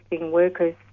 workers